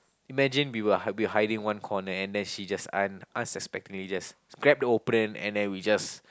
imagine we will hide we hiding one corner and then she just un~ unsuspectedly just grab the opponent and then we just